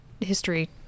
history